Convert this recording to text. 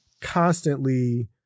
Constantly